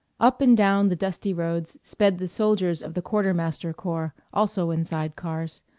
up and down the dusty roads sped the soldiers of the quartermaster corps, also in side-cars.